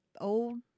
old